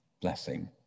blessing